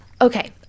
Okay